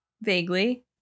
Vaguely